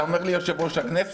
אתה אומר לי: יושב-ראש הכנסת?